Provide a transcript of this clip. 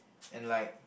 and like